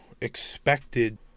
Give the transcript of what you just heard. expected